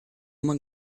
uma